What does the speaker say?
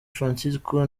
francisco